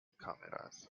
kameras